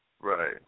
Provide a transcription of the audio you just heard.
Right